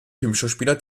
filmschauspieler